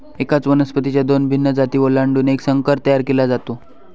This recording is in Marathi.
एकाच वनस्पतीच्या दोन भिन्न जाती ओलांडून एक संकर तयार केला जातो